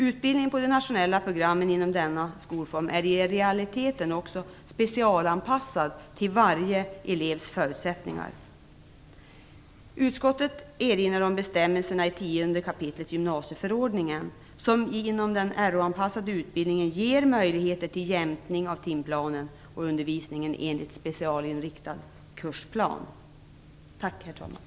Utbildningen på de nationella programmen inom denna skolform är i realiteten också specialanpassad efter varje elevs förutsättningar. gymnasieförordningen som inom den Rh-anpassade utbildningen ger möjligheter till en jämkning av timplanen och undervisningen enligt en specialinriktad kursplan. Tack, herr talman!